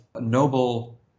noble